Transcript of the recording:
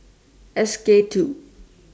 S K two